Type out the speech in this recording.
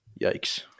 Yikes